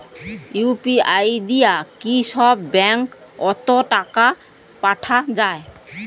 UPI দিয়া কি সব ব্যাংক ওত টাকা পাঠা যায়?